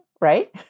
right